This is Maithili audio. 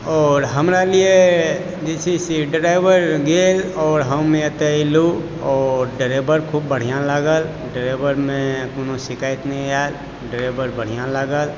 आओर हमरा लिए डी टी सी ड्राइवर गेल आओर हम एतऽ अयलहुॅं ओ ड्राइवर खूब बढ़िऑं लागल ड्राइवर मे कोनो शिकायत नहि आयल ड्राइवर बढ़िऑं लागल